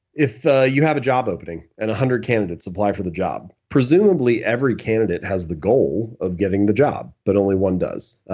if you have a job opening and a hundred candidates apply for the job. presumably, every candidate has the goal of getting the job, but only one does.